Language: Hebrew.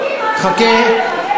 חכה.